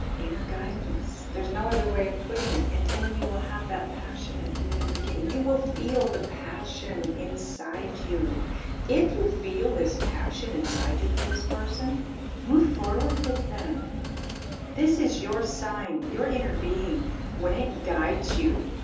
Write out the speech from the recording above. inner guidance, there's no other way of putting it and then you will have that passion a new beginning you will feel the passion inside you if you feel this passion inside you for this person move forward with them this is your sign your inner being when it guides you